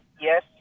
yes